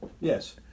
Yes